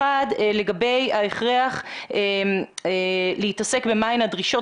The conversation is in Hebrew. הראשונה, לגבי ההכרח להתעסק בדרישות,